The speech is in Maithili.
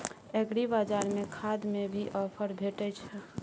एग्रीबाजार में खाद में भी ऑफर भेटय छैय?